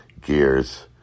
gears